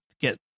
get